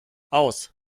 aus